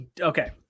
okay